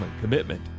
commitment